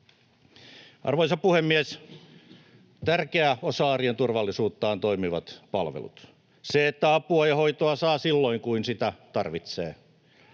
Arvoisa puhemies! Tärkeä osa arjen turvallisuutta ovat toimivat palvelut: se, että apua ja hoitoa saa silloin, kun niitä tarvitsee.